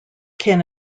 can